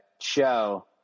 show